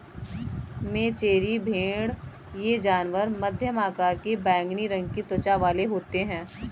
मेचेरी भेड़ ये जानवर मध्यम आकार के बैंगनी रंग की त्वचा वाले होते हैं